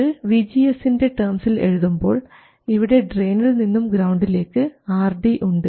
ഇത് vGS ൻറെ ടേംസിൽ എഴുതുമ്പോൾ ഇവിടെ ഡ്രയിനിൽ നിന്നും ഗ്രൌണ്ടിലേക്ക് RD ഉണ്ട്